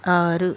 ఆరు